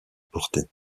porter